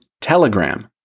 Telegram